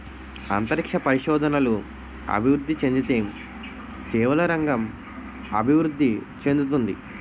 అంతరిక్ష పరిశోధనలు అభివృద్ధి చెందితే సేవల రంగం అభివృద్ధి చెందుతుంది